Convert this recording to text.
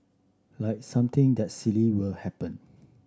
like something that silly will happen